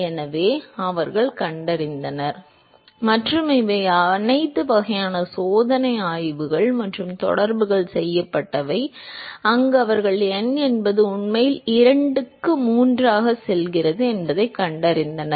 எனவே அவர்கள் கண்டறிந்தனர் மற்றும் இவை அனைத்து வகையான சோதனை ஆய்வுகள் மற்றும் தொடர்புகளால் செய்யப்பட்டன அங்கு அவர்கள் n என்பது உண்மையில் 2 க்கு 3 ஆக செல்கிறது என்பதைக் கண்டறிந்தனர்